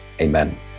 amen